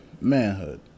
manhood